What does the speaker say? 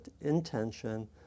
intention